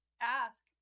ask